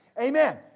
Amen